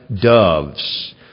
doves